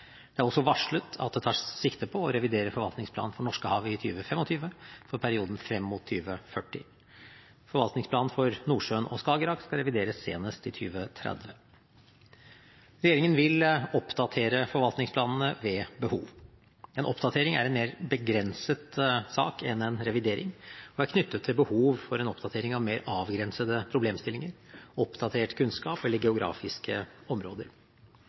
Det er også varslet at det tas sikte på å revidere forvaltningsplanen for Norskehavet i 2025 for perioden frem mot 2040. Forvaltningsplanen for Nordsjøen og Skagerrak skal revideres senest i 2030. Regjeringen vil oppdatere forvaltningsplanene ved behov. En oppdatering er en mer begrenset sak enn en revidering og er knyttet til behov for en oppdatering av mer avgrensede problemstillinger, oppdatert kunnskap eller geografiske områder.